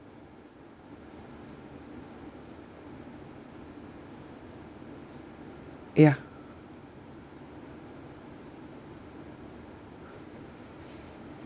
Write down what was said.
ya